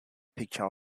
picture